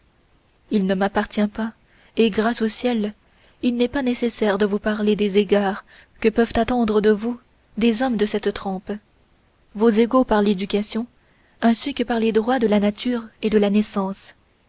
il ne m'appartient pas et graces au ciel il n'est pas nécessaire de vous parler des égards que peuvent attendre de vous des hommes de cette trempe vos égaux par l'éducation ainsi que par les droits de la nature et de la naissance